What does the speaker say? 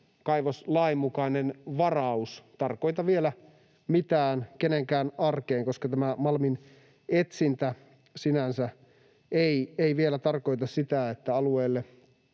kaivoslain mukainen varaus tarkoita vielä mitään kenenkään arkeen, koska tämä malminetsintä sinänsä ei vielä tarkoita sitä, että alueelle